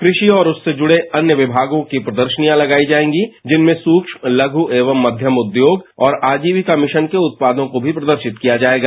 कृषि और उससे जुड़े अन्य विभागों की प्रदर्शनियां लगाई जाएगी जिसमें सूस्य लघ्न एवं कध्यम उद्योग और आजीविका मिशन के उत्पादों को भी प्रदर्शित किया जाएगा